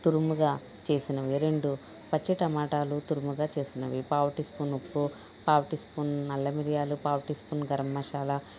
తురుముగా చేసినవి రెండు పచ్చి టమాటాలు తురుముగా చేసినవి పావు టీ స్పూన్ ఉప్పు పావు టీ స్పూన్ నల్ల మిరియాలు పావు టీ స్పూన్ గరంమసాలా